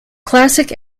classic